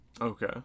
Okay